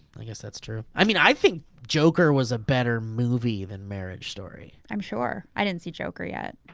i guess that's true. i mean i think joker was a better movie than marriage story. i'm sure, i didn't see joker yet.